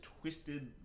twisted